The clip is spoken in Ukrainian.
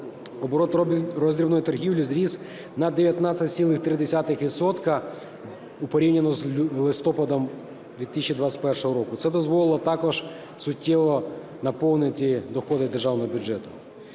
оборот роздрібної торгівлі зріс на 19,3 відсотка порівняно з листопадом 2021 року. Це дозволило також суттєво наповнити доходи державного бюджету.